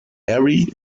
hairy